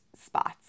spots